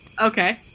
Okay